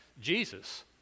Jesus